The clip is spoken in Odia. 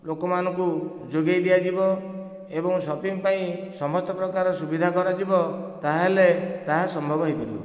ଲୋକ ମାନଙ୍କୁ ଯୋଗେଇ ଦିଆଯିବ ଏବଂ ସିପିଙ୍ଗ ପାଇଁ ସମସ୍ତ ପ୍ରକାରର ସୁବିଧା କରାଯିବ ତାହେଲେ ତାହା ସମ୍ଭବ ହୋଇପାରିବ